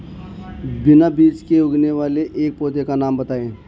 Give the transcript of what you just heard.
बिना बीज के उगने वाले एक पौधे का नाम बताइए